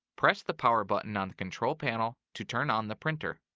press the power button on the control panel to turn on the printer.